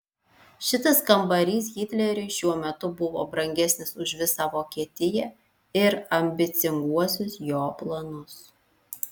šitas kambarys hitleriui šiuo metu buvo brangesnis už visą vokietiją ir ambicinguosius jo planus